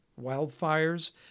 wildfires